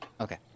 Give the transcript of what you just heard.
Okay